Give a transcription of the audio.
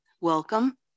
welcome